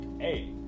hey